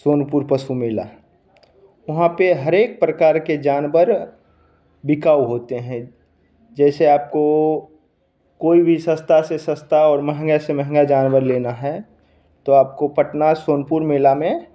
सोनपुर पशु मेला वहाँ पर हर एक प्रकार के जानवर बिकाऊ होते हैं जैसे आपको कोई भी सस्ता से सस्ता और महँगे से महँगा जानवर लेना है तो आपको पटना सोनपुर मेला में